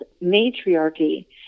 matriarchy